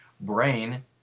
brain